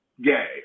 gay